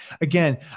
Again